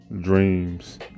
dreams